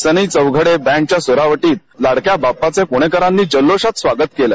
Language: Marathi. सनई चौघडे बॅंडच्या स्वरावटीत लाडक्या बाप्पाचे पुणेकरांनी जल्लोषात स्वागत केले